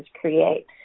create